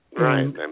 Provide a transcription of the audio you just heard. Right